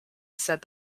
said